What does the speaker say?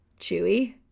Chewy